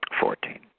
Fourteen